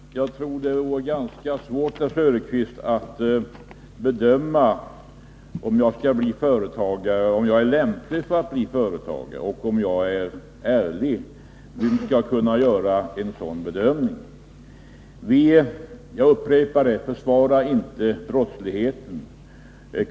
Herr talman! Jag tror att det vore ganska svårt att bedöma om jag skall bli företagare, om jag är lämplig för att bli företagare och om jag är ärlig, Oswald Söderqvist. Vem skall kunna göra en sådan bedömning? Vi försvarar inte brottsligheten — jag upprepar det.